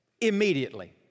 immediately